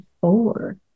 four